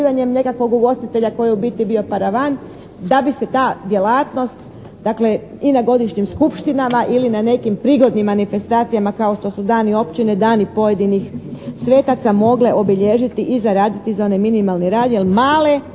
nekakvog ugostitelja koji je u biti bio paravan da bi se ta djelatnost dakle i na godišnjim skupštinama ili na nekim prigodnim manifestacijama kao što su dani općine, dani pojedinih svetaca mogle obilježiti i zaraditi za onaj minimalni rad jer male